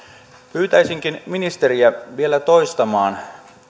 pyytäisinkin ministeriä vielä toistamaan